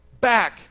back